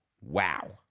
Wow